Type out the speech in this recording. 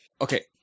Okay